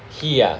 he ah